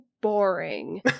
boring